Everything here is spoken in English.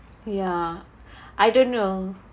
ya I don't know